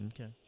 Okay